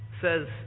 says